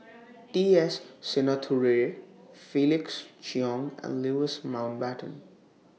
T S Sinnathuray Felix Cheong and Louis Mountbatten